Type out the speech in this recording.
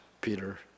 Peter